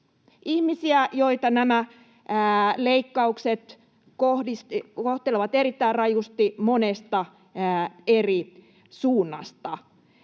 ihmisiä, joita nämä leikkaukset kohtelevat erittäin rajusti monesta eri suunnasta.